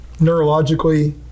neurologically